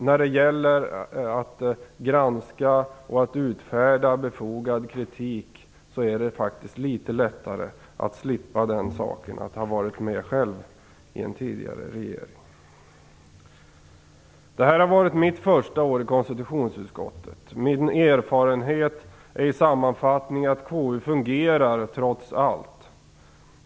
När det gäller att granska och att utfärda befogad kritik känns det litet lättare att slippa tänka på att man har varit med själv i en tidigare regering. Det här har varit mitt första år i konstitutionsutskottet. Min erfarenhet är i sammanfattning att KU trots allt fungerar.